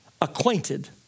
acquainted